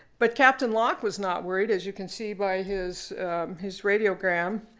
but captain locke was not worried as you can see by his his radiogram.